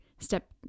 step